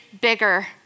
bigger